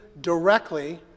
directly